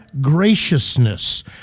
graciousness